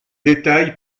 détail